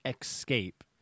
Escape